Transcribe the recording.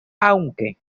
aunque